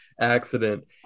accident